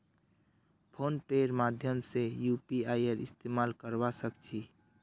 phone पेर माध्यम से यूपीआईर इस्तेमाल करवा सक छी